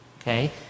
Okay